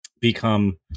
become